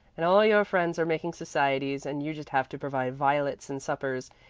and all your friends are making societies, and you just have to provide violets and suppers,